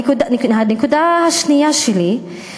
הנקודה השנייה שלי,